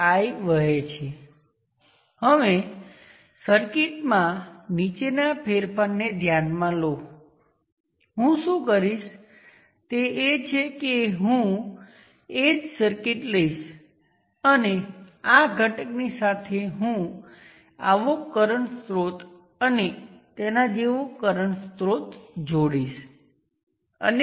અહીં ત્વરિત શું કરશે મને ફરીથી કહેવા દો કે આ વોલ્ટ VL છે અને આ કરંટ IL છે હું તેને વોલ્ટેજ સોર્સ ઉદાહરણ સાથે બદલીશ